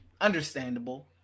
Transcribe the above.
understandable